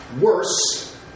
worse